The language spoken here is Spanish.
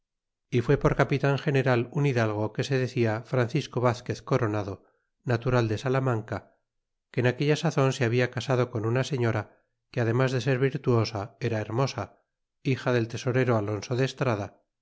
y fue por capitan general un hidalgo que se decia francisco vazquez coronado natural de salamanca que en aquella sazon se habia casado con una señora que además de ser virtuosa era hermosa hija del tesorero alonso de estrada